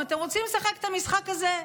אם אתם רוצים לשחק את המשחק הזה,